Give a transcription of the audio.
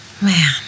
Man